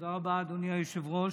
תודה רבה, אדוני היושב-ראש.